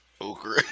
Okra